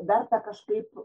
dar kažkaip